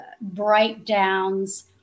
breakdowns